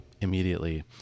immediately